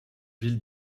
villes